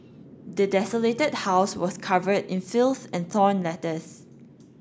the desolated house was covered in filth and torn letters